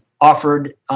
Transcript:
offered